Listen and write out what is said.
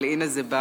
אבל הנה זה בא